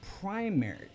primary